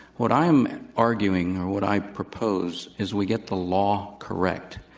what i am arguing, or what i propose is we get the law correct.